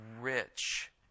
rich